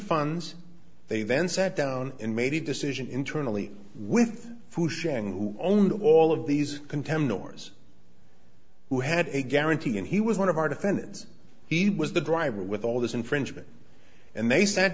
funds they then sat down and made a decision internally with shang who owned all of these contenders who had a guarantee and he was one of our defense he was the driver with all this infringement and they sat